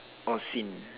or seen